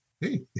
Hey